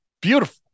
beautiful